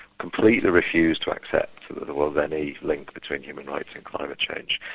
completely refused to accept any link between human rights and climate change,